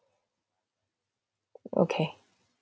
okay